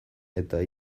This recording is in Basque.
eta